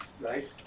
right